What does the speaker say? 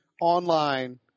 online